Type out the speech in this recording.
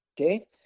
Okay